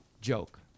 Joke